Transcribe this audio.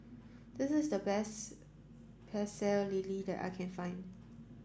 this is the best Pecel Lele that I can find